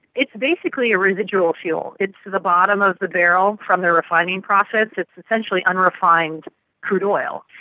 it's basically a residual fuel, it's the bottom of the barrel from the refining process. it's essentially unrefined crude oil.